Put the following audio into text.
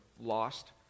lost